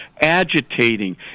agitating